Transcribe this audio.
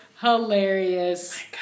hilarious